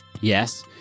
yes